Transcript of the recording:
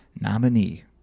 nominee